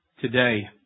today